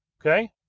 okay